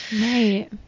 Right